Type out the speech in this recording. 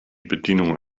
bedienung